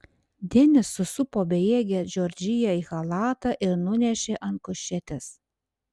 denis susupo bejėgę džordžiją į chalatą ir nunešė ant kušetės